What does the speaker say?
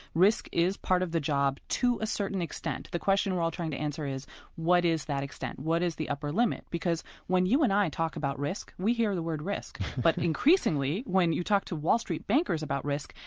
risk is part of the job to a certain extent. the question we're all trying to answer is what is that extent? what is the upper limit? because when you and i and talk about risk, we hear the word risk but increasingly, when you talk to wall street bankers about risk,